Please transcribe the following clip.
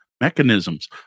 Mechanisms